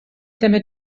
dyma